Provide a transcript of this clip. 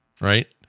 right